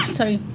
sorry